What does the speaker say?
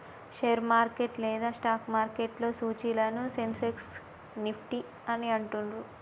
share market లేదా stock మార్కెట్లో సూచీలను సెన్సెక్స్, నిఫ్టీ అని అంటుండ్రు